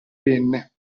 penne